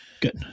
Good